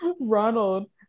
Ronald